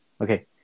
Okay